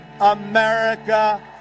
America